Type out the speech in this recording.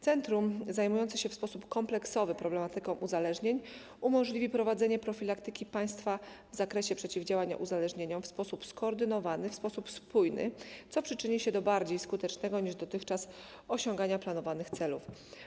Centrum zajmujące się w sposób kompleksowy problematyką uzależnień umożliwi prowadzenie profilaktyki państwa w zakresie przeciwdziałania uzależnieniom w sposób skoordynowany, spójny, co przyczyni się do bardziej skutecznego niż dotychczas osiągania planowanych celów.